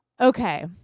Okay